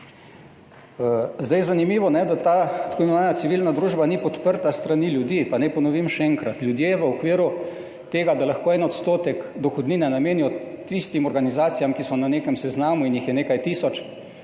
da ta tako imenovana civilna družba ni podprta s strani ljudi. Pa naj ponovim še enkrat, ljudje v okviru tega, da lahko 1 % dohodnine namenijo tistim organizacijam, ki so na nekem seznamu in jih je nekaj tisoč,